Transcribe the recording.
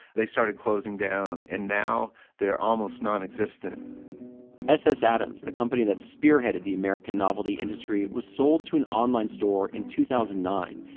they started closing down and now they're almost nonexistent s s. adams, the company that spearheaded the american novelty industry, was sold to an online store in two thousand and nine.